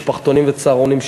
משפחתונים וצהרונים,